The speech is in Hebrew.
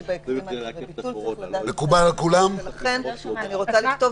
ולכן אני רוצה לכתוב